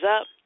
up